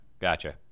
Gotcha